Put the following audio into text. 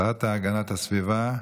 השרה להגנת הסביבה,